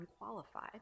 unqualified